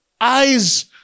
eyes